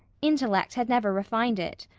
intellect had never refined it.